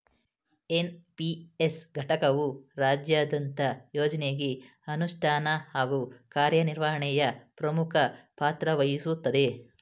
NPS ಘಟಕವು ರಾಜ್ಯದಂತ ಯೋಜ್ನಗೆ ಅನುಷ್ಠಾನ ಹಾಗೂ ಕಾರ್ಯನಿರ್ವಹಣೆಯ ಪ್ರಮುಖ ಪಾತ್ರವಹಿಸುತ್ತದೆ